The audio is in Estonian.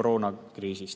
koroonakriisi